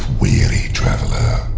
weary traveler.